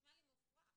נשמע לי מופרך לגמרי.